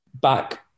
back